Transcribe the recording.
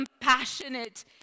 compassionate